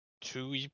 two